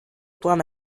план